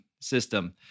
system